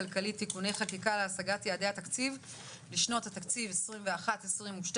הכלכלית (תיקוני חקיקה להשגת יעדי התקציב לשנות התקציב 2021 ו-2022),